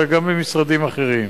אלא גם במשרדים אחרים,